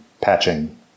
patching